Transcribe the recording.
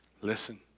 Listen